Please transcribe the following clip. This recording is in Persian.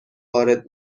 وارد